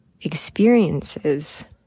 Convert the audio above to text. experiences